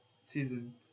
season